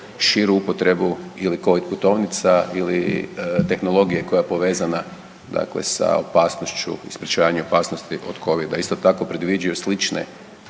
širu upotrebu ili covid putovnica ili tehnologije koja je povezana dakle sa opasnošću i sprječavanju opasnosti od covida. Isto tako predviđaju slične